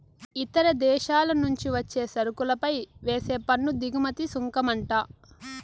ఇతర దేశాల నుంచి వచ్చే సరుకులపై వేసే పన్ను దిగుమతి సుంకమంట